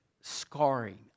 scarring